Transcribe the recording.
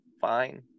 fine